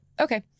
okay